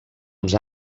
uns